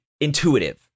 intuitive